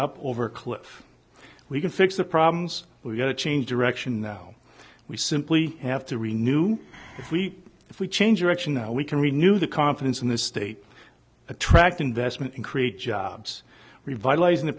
over a cliff we can fix the problems we've got to change direction now we simply have to renew if we if we change direction now we can renew the confidence in the state attract investment and create jobs revitalizing the